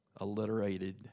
alliterated